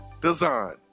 Design